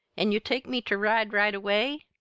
an' you'll take me ter ride, right away?